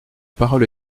parole